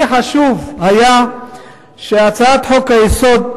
לי חשוב היה שהצעת חוק-יסוד: